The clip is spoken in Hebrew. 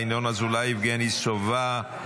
ינון אזולאי ויבגני סובה.